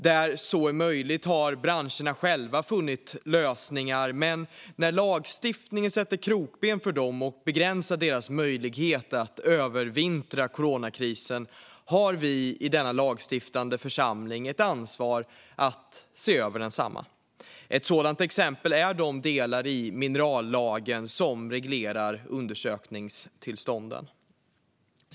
Där så är möjligt har branscherna själva funnit lösningar, men när lagstiftningen sätter krokben för dem och begränsar deras möjlighet att övervintra under coronakrisen har vi i denna lagstiftande församling ett ansvar att se över densamma. Ett exempel på detta är de delar i minerallagen som reglerar undersökningstillstånden.